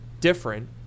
different